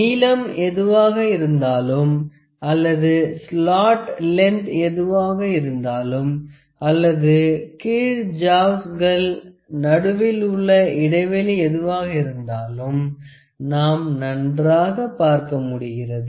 நீளம் எதுவாக இருந்தாலும் அல்லது ஸ்லாட் லென்த் எதுவாக இருந்தாலும் அல்லது கீழ் ஜாவ்ஸ்கள் நடுவில் உள்ள இடைவெளி எதுவாக இருந்தாலும் நாம் நன்றாக பார்க்க முடிகிறது